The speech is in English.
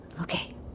okay